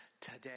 today